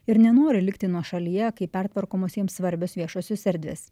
ir nenori likti nuošalyje kai pertvarkomos jiems svarbios viešosios erdvės